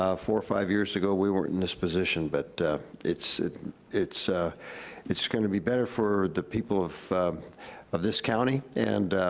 ah four or five years ago, we weren't in this position, but it's it's ah gonna be better for the people of of this county, and